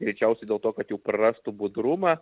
greičiausiai dėl to kad jau prarastų budrumą